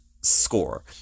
score